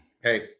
hey